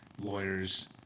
lawyers